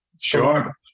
Sure